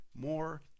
more